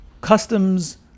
customs